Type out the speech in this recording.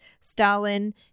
Stalin